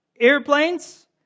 Airplanes